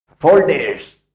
folders